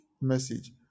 message